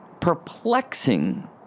perplexing